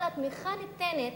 אבל התמיכה ניתנת